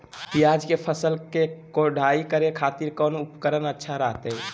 प्याज के फसल के कोढ़ाई करे खातिर कौन उपकरण अच्छा रहतय?